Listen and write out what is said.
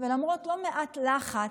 ולמרות לא מעט לחץ,